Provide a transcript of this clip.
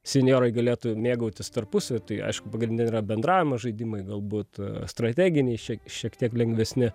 senjorai galėtų mėgautis tarpusavy tai aišku pagrinde yra bendravimo žaidimai galbūt a strateginiai šie šiek tiek lengvesni